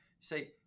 Say